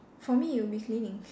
for me it'll be cleaning